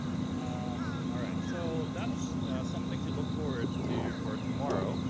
um all right so that's something to look forward to for tomorrow,